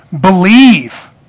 believe